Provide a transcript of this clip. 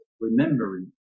remembering